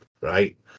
right